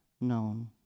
known